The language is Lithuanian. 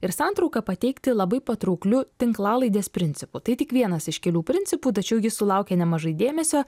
ir santrauką pateikti labai patraukliu tinklalaidės principu tai tik vienas iš kelių principų tačiau jis sulaukė nemažai dėmesio